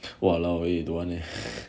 !walao! eh don't want leh